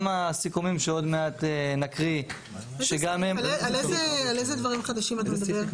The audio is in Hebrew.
הסיכומים שעוד מעט נקריא --- על איזה דברים חדשים אתה מדבר?